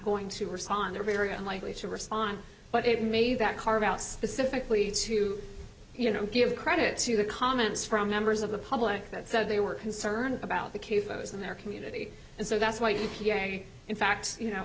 going to respond are very unlikely to respond but it may be that carve out specifically to you know give credit to the comments from members of the public that said they were concerned about the case in their community and so that's why you in fact you know